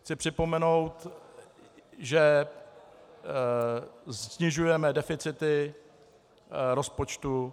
Chci připomenout, že snižujeme deficity rozpočtu.